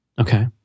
Okay